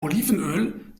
olivenöl